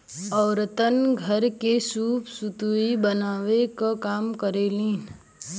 औरतन घर के सूप सुतुई बनावे क काम करेलीन